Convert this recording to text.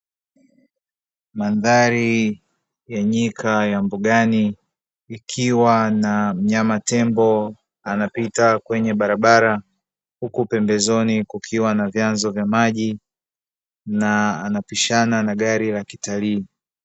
Mandhari ya nyika ya mbugani ikiwa na mnyama tembo anapita kwenye barabara, huku pembezoni kukiwa na vyanzo vya maji na anapishana na gari la kitalii.